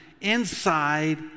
inside